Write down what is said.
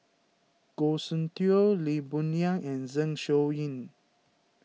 Goh Soon Tioe Lee Boon Yang and Zeng Shouyin